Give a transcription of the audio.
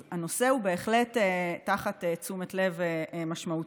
אז הנושא הוא בהחלט תחת תשומת לב משמעותית.